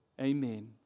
Amen